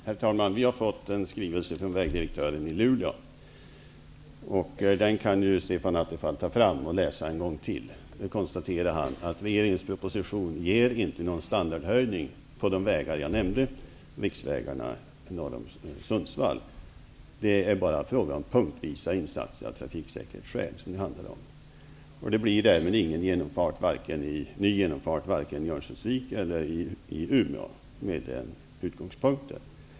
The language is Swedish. Herr talman! Vi har fått en skrivelse från vägdirektören i Luleå. Den kan ju Stefan Attefall ta fram och läsa en gång till. I skrivelsen konstaterar han att regeringens proposition inte ger någon standardhöjning på riksvägarna norr om Sundsvall; det är bara fråga om punktvisa insatser av trafiksäkerhetsskäl. Det blir ingen ny genomfart vare sig i Örnsköldsvik eller i Umeå.